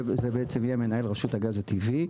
זה מנהל רשות הגז הטבעי,